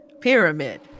pyramid